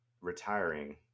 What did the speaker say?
retiring